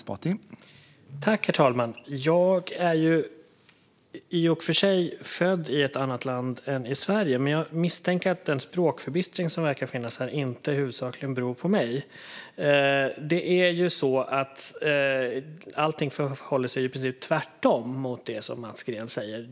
Herr talman! Jag är i och för sig född i ett annat land än Sverige, men jag misstänker att den språkförbistring som verkar finnas här inte huvudsakligen beror på mig. Allt förhåller sig i princip tvärtom mot det som Mats Green säger.